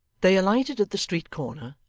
they alighted at the street corner,